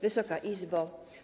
Wysoka Izbo!